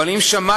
אבל אם שמעתם,